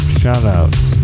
shoutouts